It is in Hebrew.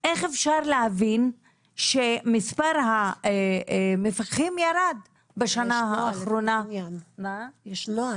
איך אפשר להבין שמספר המפקחים ירד בשנה האחרונה --- יש נוהל,